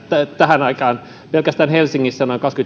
tähän aikaan pelkästään helsingissä on noin